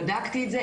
בדקתי את זה,